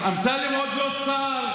אמסלם עוד לא שר.